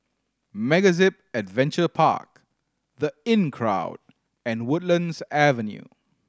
MegaZip Adventure Park The Inncrowd and Woodlands Avenue